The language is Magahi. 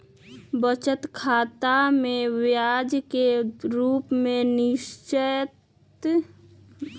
बचत खतामें ब्याज के रूप में निश्चित लाभ के प्राप्ति होइ छइ